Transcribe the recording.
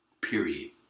Period